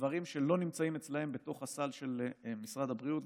לדברים שלא נמצאים אצלם בתוך הסל של משרד הבריאות,